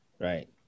Right